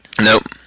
Nope